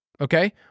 Okay